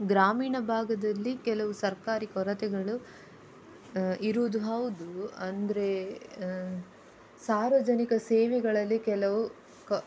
ಗ್ರಾಮೀಣ ಭಾಗದಲ್ಲಿ ಕೆಲವು ಸರ್ಕಾರಿ ಕೊರತೆಗಳು ಇರುವುದು ಹೌದು ಅಂದರೆ ಸಾರ್ವಜನಿಕ ಸೇವೆಗಳಲ್ಲಿ ಕೆಲವು ಕ